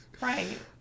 Right